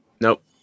Nope